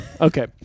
Okay